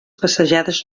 passejades